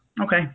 Okay